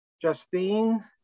Justine